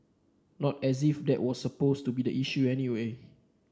not as if that was supposed to be the issue anyway